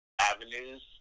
avenues